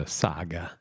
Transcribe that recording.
saga